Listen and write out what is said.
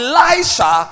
Elisha